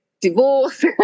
divorce